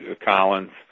Collins